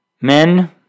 Men